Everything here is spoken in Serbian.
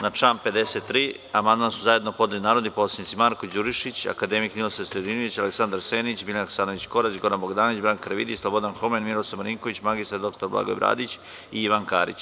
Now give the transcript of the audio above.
Na član 53. amandman su zajedno podneli narodni poslanici Marko Đurišić, akademik Ninoslav Stojadinović, Aleksandar Senić, Biljana Hasanović Korać, Goran Bogdanović, Branka Karavidić, Slobodan Homen, Miroslav Marinković, mr dr Blagoje Bradić i Ivan Karić.